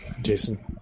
Jason